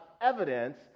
evidence